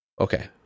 Okay